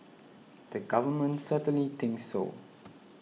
the government certainly thinks so